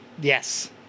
Yes